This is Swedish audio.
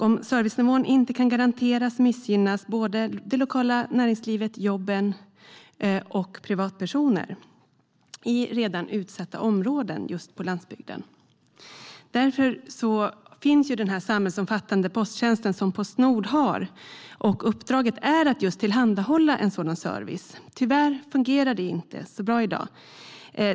Om servicenivån inte kan garanteras missgynnas det lokala näringslivet, jobben och privatpersoner i redan utsatta områden på landsbygden. Därför finns den samhällsomfattande posttjänsten som Postnord utför. Uppdraget är att just tillhandahålla en sådan service. Tyvärr fungerar det inte så bra i dag.